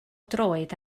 droed